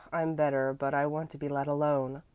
i'm better, but i want to be let alone.